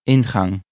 Ingang